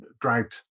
dragged